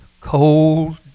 cold